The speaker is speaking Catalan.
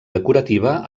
decorativa